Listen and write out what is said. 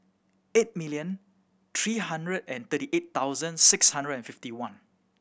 eight million three hundred and thirty eight thousand six hundred and fifty one